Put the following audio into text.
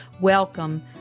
welcome